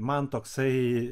man toksai